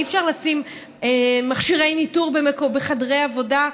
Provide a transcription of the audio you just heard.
ואי-אפשר לשים מכשירי ניטור בחדרי עבודה,